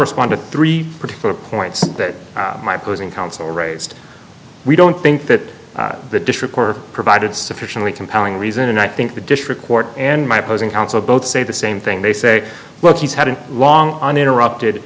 respond to three particular points that my posing counsel raised we don't think that the district were provided sufficiently compelling reason and i think the district court and my opposing counsel both say the same thing they say well he's had a long uninterrupted